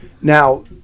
Now